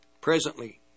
presently